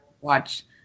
watch